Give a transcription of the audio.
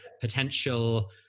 potential